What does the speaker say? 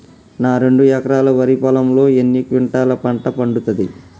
నా రెండు ఎకరాల వరి పొలంలో ఎన్ని క్వింటాలా పంట పండుతది?